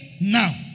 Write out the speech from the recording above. now